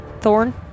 Thorn